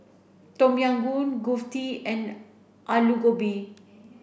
Tom Yam Goong Kulfi and Alu Gobi